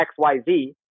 XYZ